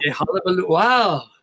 Wow